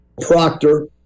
Proctor